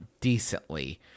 decently